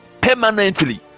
permanently